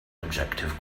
objective